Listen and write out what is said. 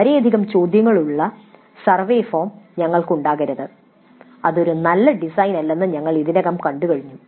വളരെയധികം ചോദ്യങ്ങളുള്ള survey form ഞങ്ങൾക്ക് ഉണ്ടാകരുത് അതൊരു നല്ല ഡിസൈനല്ലെന്ന് ഞങ്ങൾ ഇതിനകം കണ്ടുകഴിഞ്ഞു